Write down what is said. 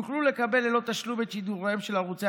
יוכלו לקבל ללא תשלום את שידוריהם של ערוצי